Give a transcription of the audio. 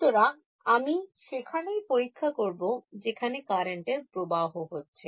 সুতরাং আমি সেখানেই পরীক্ষা করব যেখানে কারেন্টের প্রবাহ হচ্ছে